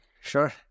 Sure